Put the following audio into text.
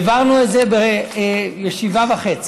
העברנו את זה בישיבה וחצי.